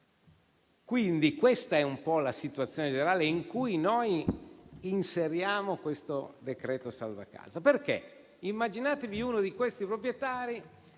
Quindi, questa è la situazione generale in cui noi inseriamo questo decreto-legge salva casa. Immaginatevi uno di questi proprietari,